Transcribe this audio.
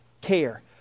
Care